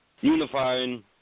unifying